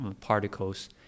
particles